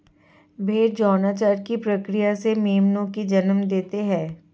भ़ेड़ यौनाचार की प्रक्रिया से मेमनों को जन्म देते हैं